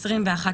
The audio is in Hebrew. האמור בסעיף 4(ד)(1)